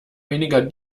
weniger